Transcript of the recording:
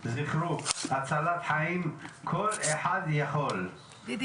הידע הנוסף הזה קשה לתרגום הנדסי ולכן גם כשהשיקול החדש